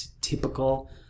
typical